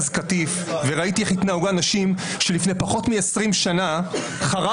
בניצן במרכז קטיף וראיתי איך התנהגו אנשים שלפני פחות מ-20 שנה חרב